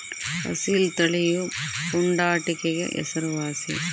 ಅಸೀಲ್ ತಳಿಯು ಪುಂಡಾಟಿಕೆಗೆ ಹೆಸರುವಾಸಿ